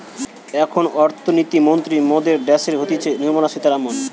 এখন অর্থনীতি মন্ত্রী মরদের ড্যাসে হতিছে নির্মলা সীতারামান